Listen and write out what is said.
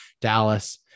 Dallas